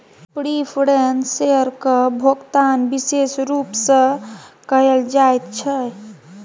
preference शेयरक भोकतान बिशेष रुप सँ कयल जाइत छै